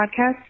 podcast